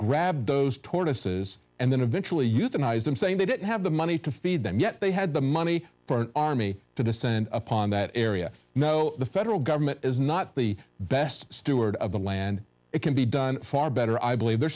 grabbed those tortoises and then eventually euthanized them saying they didn't have the money to feed them yet they had the money for an army to descend upon that area no the federal government is not the best steward of the land it can be done far better i believe the